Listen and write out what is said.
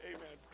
Amen